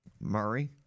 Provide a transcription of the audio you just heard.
Murray